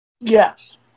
Yes